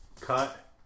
Cut